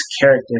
character